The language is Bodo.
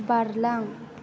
बारलां